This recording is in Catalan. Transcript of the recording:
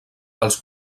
als